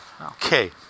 Okay